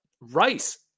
Rice